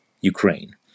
Ukraine